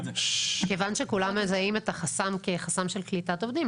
כיוון שכולם מזהים את החסם כחסם של קליטת עובדים,